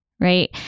right